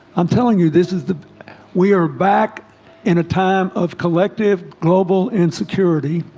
i'm telling you this is the we are back in a time of collective global insecurity